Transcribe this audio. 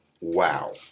Wow